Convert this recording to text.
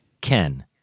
Ken